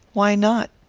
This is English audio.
why not?